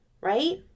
right